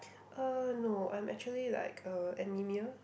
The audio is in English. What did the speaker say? uh no I'm actually like uh anemia